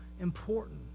important